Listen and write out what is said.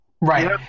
Right